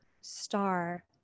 star